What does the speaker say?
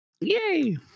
Yay